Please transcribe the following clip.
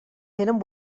tenen